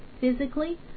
physically